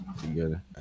together